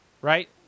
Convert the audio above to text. right